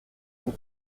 une